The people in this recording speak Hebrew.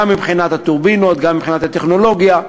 גם מבחינת הטורבינות, גם מבחינת הטכנולוגיה,